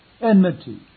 enmity